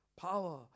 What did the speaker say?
Power